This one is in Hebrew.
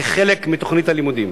כחלק מתוכנית הלימודים.